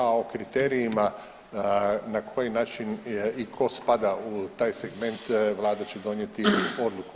A o kriterijima na koji način i ko spada u taj segment vlada će donijeti odluku.